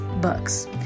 books